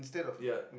ya